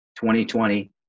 2020